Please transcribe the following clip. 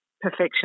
perfection